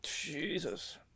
Jesus